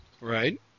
Right